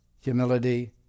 humility